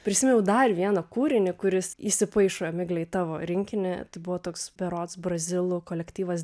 prisiminiau dar vieną kūrinį kuris įsipaišo migle į tavo rinkinį tai buvo toks berods brazilų kolektyvas